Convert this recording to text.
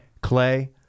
Clay